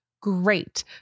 great